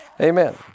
Amen